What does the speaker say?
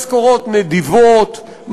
משכורות נדיבות,